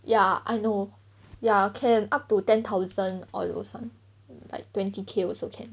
ya I know ya can up to ten thousand all those [one] like twenty K also can